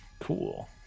cool